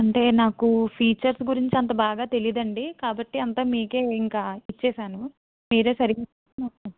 అంటే నాకు ఫీచర్స్ గురించి అంత బాగా తెలియదు అండి కాకాపోతే మీకు ఇంక ఇచ్చాను మీరు సరిగా చూసి మాకు చెప్పాలి